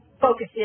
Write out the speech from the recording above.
focus